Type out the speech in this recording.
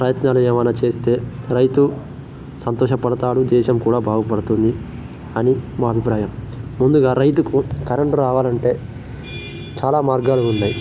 ప్రయత్నాలు ఏవయినా చేస్తే రైతు సంతోషపడతాడు దేశం కూడా బాగుపడుతుంది అని మా అభిప్రాయం ముందుగా రైతుకు కరంటు రావాలంటే చాలా మార్గాలు ఉన్నాయి